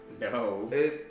No